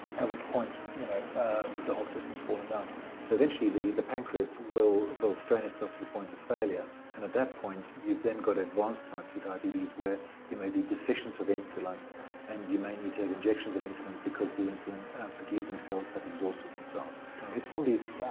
at which point you know the whole system's fallen down so eventually the the pancreas will will strain itself to the point of failure and at that point you've then got advanced type two diabetes where you may be deficient of insulin and you may need to have injections of insulin because the insulin producing cells have exhausted themselves if somebody's